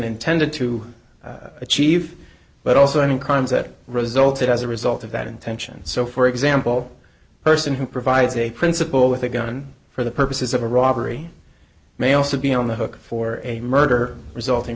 intended to achieve but also any crimes that resulted as a result of that intention so for example a person who provides a principal with a gun for the purposes of a robbery may also be on the hook for a murder resulting